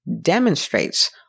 demonstrates